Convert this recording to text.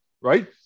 right